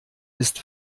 ist